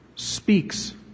speaks